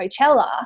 Coachella